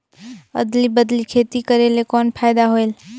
अदली बदली खेती करेले कौन फायदा होयल?